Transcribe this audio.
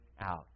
out